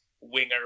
winger